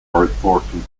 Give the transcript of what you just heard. reporting